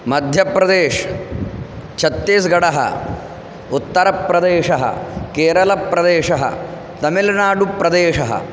मध्यप्रदेशः छत्तीस्गडः उत्तरप्रदेशः केरलप्रदेशः तमिल्नाडुप्रदेशः